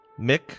Mick